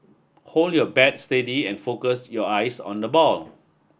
hold your bat steady and focus your eyes on the ball